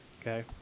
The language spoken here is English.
Okay